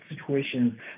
situations